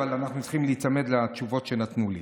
אבל אנחנו צריכים להיצמד לתשובות שנתנו לי.